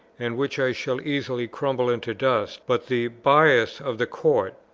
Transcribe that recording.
and which i shall easily crumble into dust, but the bias of the court.